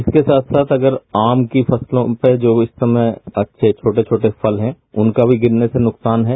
इसके साथ साथ अगर आम की फसलों पर जो इस समय छोटे छोटे फल है उनका भी गिरने से नुकसान है